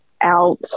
out